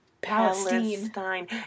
Palestine